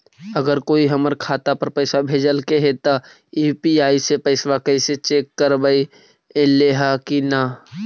अगर कोइ हमर खाता पर पैसा भेजलके हे त यु.पी.आई से पैसबा कैसे चेक करबइ ऐले हे कि न?